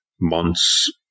months